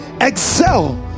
excel